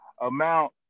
amount